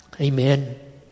amen